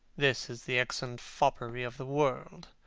this is the excellent foppery of the world,